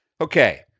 Okay